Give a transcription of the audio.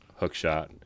hookshot